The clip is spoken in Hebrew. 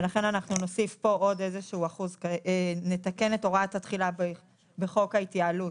ולכן אנחנו נתקן את הוראת התחילה בחוק ההתייעלות